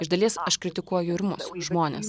iš dalies aš kritikuoju ir mus žmones